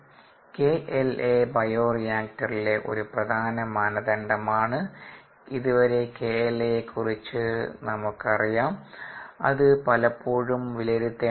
K La ബയോറിയാക്റ്ററിലെ ഒരു പ്രധാന മാനദണ്ഡം ആണ് ഇതുവരെ KLa യെ കുറിച്ച് നമുക്കറിയാം അത് പലപ്പോഴും വിലയിരുത്തേണ്ടതുണ്ട്